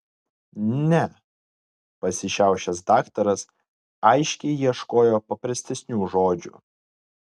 ne pasišiaušęs daktaras aiškiai ieškojo paprastesnių žodžių